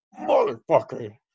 motherfucker